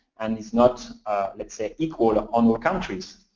and is not let's say equal on more countries.